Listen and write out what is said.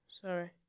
Sorry